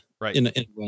Right